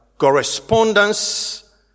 Correspondence